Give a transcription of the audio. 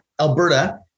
Alberta